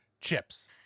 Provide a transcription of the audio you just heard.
chips